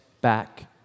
back